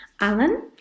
Alan